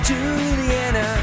Juliana